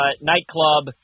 nightclub